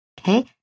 okay